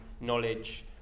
knowledge